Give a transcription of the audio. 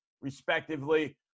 respectively